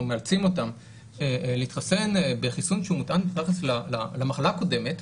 מאלצים אותם להתחסן בחיסון שהוא מותאם ביחס למחלה הקודמת,